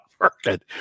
market